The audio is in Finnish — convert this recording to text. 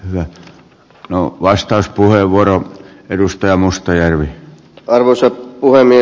no no vastauspuheenvuoro edustaja mustajärvi arvoisa puhemies